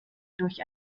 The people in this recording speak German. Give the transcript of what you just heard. durch